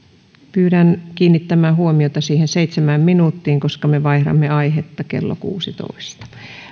pyydän kiinnittämään huomiota seitsemään minuuttiin koska me vaihdamme aihetta kello kuusitoista